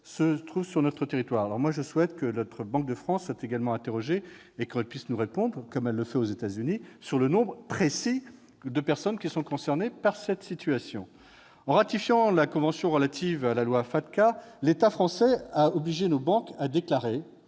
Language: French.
vivent sur notre territoire. Je souhaite que la Banque de France soit interrogée et qu'elle puisse nous répondre, comme elle l'a fait aux États-Unis, sur le nombre précis de personnes concernées par cette situation. En ratifiant la convention relative à la loi FATCA, l'État français a obligé nos banques à déclarer